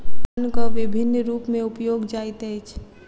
धनक विभिन्न रूप में उपयोग जाइत अछि